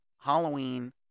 Halloween